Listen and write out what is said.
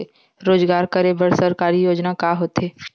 रोजगार करे बर सरकारी योजना का का होथे?